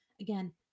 Again